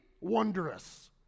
wondrous